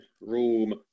room